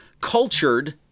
cultured